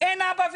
אין אבא ואימא.